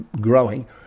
growing